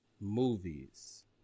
movies